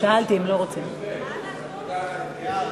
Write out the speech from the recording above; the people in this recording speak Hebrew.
של קבוצת סיעת חד"ש לסעיף 23,